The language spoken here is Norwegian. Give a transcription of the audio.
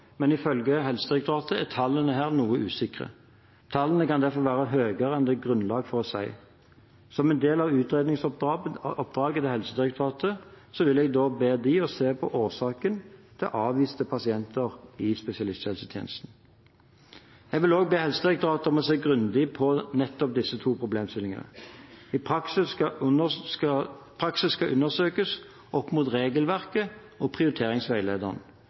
men ifølge Helsedirektoratet er tallene her noe usikre. Tallene kan derfor være høyere enn det er grunnlag for å si. Som en del av utredningsoppdraget til Helsedirektoratet vil jeg be dem om å se på årsakene til avviste pasienter i spesialisthelsetjenesten. Jeg vil også be Helsedirektoratet om å se grundig på nettopp disse to problemstillingene. Praksis skal undersøkes opp mot regelverket og prioriteringsveilederne.